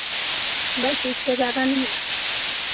बस इससे ज़्यादा नहीं